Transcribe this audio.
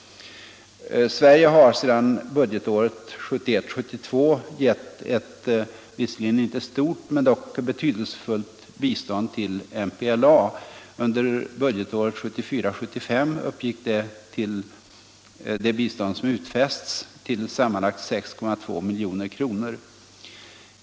Sverige har sedan budgetåret 1971 75 uppgick det bistånd som utfästs till sammanlagt 6,2 milj.kr.